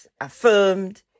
affirmed